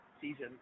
season